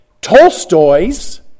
Tolstoy's